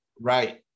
Right